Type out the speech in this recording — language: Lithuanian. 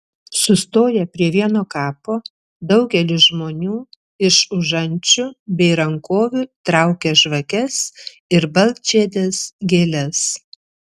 sustoję prie vieno kapo daugelis žmonių iš užančių bei rankovių traukia žvakes ir baltžiedes gėles